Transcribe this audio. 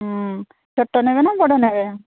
ହୁଁ ଛୋଟ ନେବେ ନାଁ ବଡ଼ ନେବେ